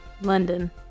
London